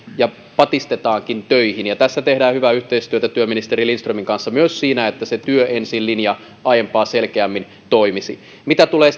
ja patistetaankin töihin tässä tehdään hyvää yhteistyötä työministeri lindströmin kanssa myös siinä että se työ ensin linja aiempaa selkeämmin toimisi mitä tulee